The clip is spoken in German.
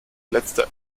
letzter